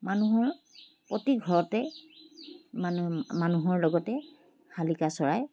মানুহৰ প্ৰতি ঘৰতে মান মানুহৰ লগতে শালিকা চৰাই